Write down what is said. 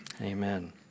Amen